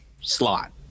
slot